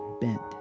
bent